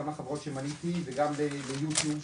גם לחברות שמניתי וגם ליוטיוב,